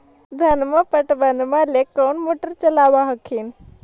धनमा पटबनमा ले कौन मोटरबा चलाबा हखिन?